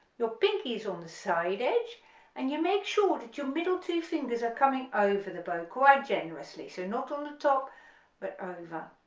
your pinky is on the side edge and you make sure that your middle two fingers are coming over the bow quite generously so not on the top but over